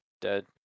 dead